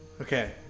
okay